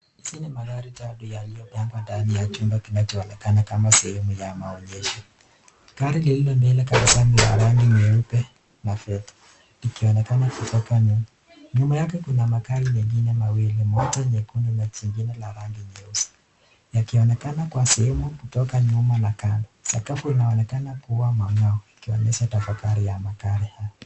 Hizi ni magari tatu yaliyopangwa ndani ya chumba kinachoonekana kama sehemu ya maonyesho. Gari lililo mbele kabisa ni la rangi nyeupe na fedha likionekana kutoka nyuma. Nyuma yake kuna magari mengine mawili, moja nyekundu na kingine la rangi nyeusi yakionekana kwa sehemu kutoka nyuma na kando. Sakafu inaonekana kuwa myao ikionyesha tafakari ya magari hayo.